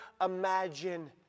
imagine